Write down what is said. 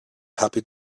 happy